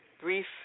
brief